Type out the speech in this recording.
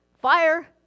fire